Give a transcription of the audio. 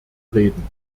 reden